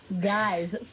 guys